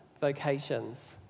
vocations